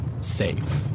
safe